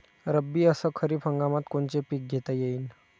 रब्बी अस खरीप हंगामात कोनचे पिकं घेता येईन?